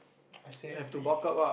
I say see